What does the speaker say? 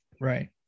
right